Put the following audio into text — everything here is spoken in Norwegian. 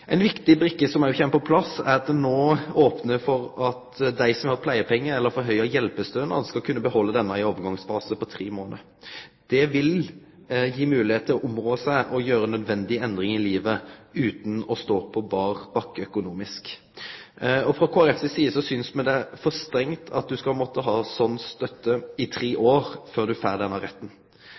viktig brikke som òg kjem på plass, er at ein no opnar for at dei som har hatt pleiepengar eller auka hjelpestønad, skal kunne behalde denne stønaden i ein overgangsfase på tre månader. Det vil gi dei moglegheit til å områ seg og gjere nødvendige endringar i livet utan å stå på berr bakke økonomisk. Frå Kristeleg Folkeparti si side synest me det er for strengt at ein skal måtte ha slik støtte i tre år før ein får denne retten.